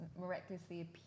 miraculously